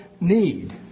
need